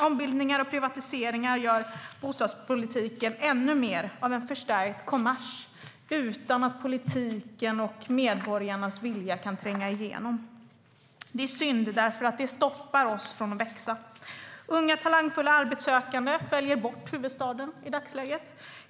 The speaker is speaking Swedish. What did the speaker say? Ombildningar och privatiseringar gör bostadspolitiken till ännu mer av en förstärkt kommers utan att politiken och medborgarnas vilja kan tränga igenom. Det är synd, för det stoppar oss från att växa. Unga talangfulla arbetssökande väljer i dagsläget bort huvudstaden.